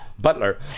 Butler